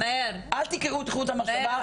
אל תנתקו לי את חוט המחשבה בכל רגע.